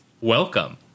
Welcome